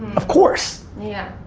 of course! yeah.